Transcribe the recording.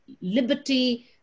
liberty